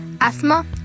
asthma